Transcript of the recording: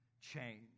change